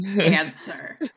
answer